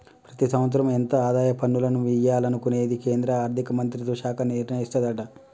ప్రతి సంవత్సరం ఎంత ఆదాయ పన్నులను వియ్యాలనుకునేది కేంద్రా ఆర్థిక మంత్రిత్వ శాఖ నిర్ణయిస్తదట